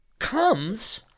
comes